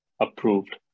approved